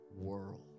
world